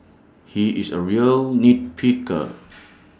he is A real nit picker